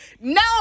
No